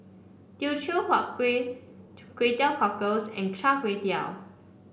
Teochew Huat Kuih Kway Teow Cockles and Char Kway Teow